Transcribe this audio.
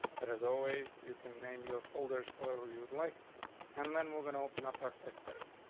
but as always, you can name your folders however you'd like and then we're going to open up our text. better.